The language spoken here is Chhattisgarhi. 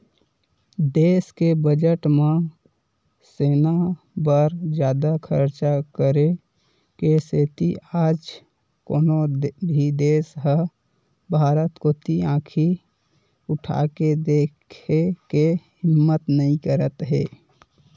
देस के बजट म सेना बर जादा खरचा करे के सेती आज कोनो भी देस ह भारत कोती आंखी उठाके देखे के हिम्मत नइ करत हे